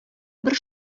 бер